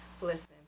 Listen